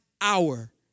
hour